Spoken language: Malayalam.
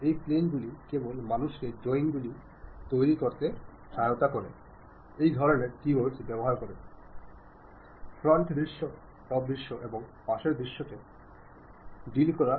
ഇത് ബന്ധങ്ങൾ വളർത്തിയെടുക്കാൻ മനുഷ്യരെ സഹായിക്കുന്നു കൂടാതെ ഫലപ്രദമായ ആശയവിനിമയ കഴിവുകളിലൂടെ ബിസിനസ്സ് ഓർഗനൈസേഷനുകളും ബന്ധം സ്ഥാപിക്കുന്നു